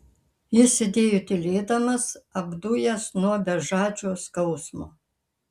jis sėdėjo tylėdamas apdujęs nuo bežadžio skausmo